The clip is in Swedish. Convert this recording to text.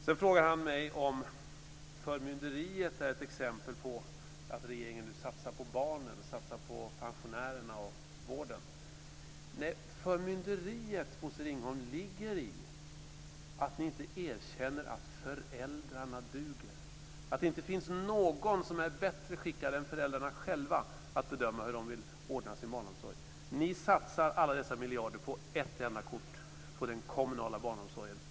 Sedan frågar han mig om förmynderiet är ett exempel på att regeringen nu satsar på barnen, på pensionärerna och på vården. Nej, förmynderiet, Bosse Ringholm, ligger i att ni inte erkänner att föräldrarna duger, att det inte finns någon som är bättre skickad än föräldrarna själva att bedöma hur de vill ordna sin barnomsorg. Ni satsar alla dessa miljarder på ett enda kort, på den kommunala barnomsorgen.